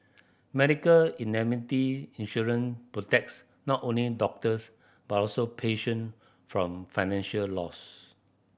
medical indemnity insurance protects not only doctors but also patient from financial loss